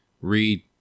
read